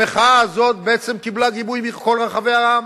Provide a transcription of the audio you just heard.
בעצם, המחאה הזאת קיבלה גיבוי מכל רחבי העם.